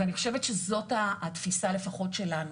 ואני חושבת שזאת התפיסה לפחות שלנו.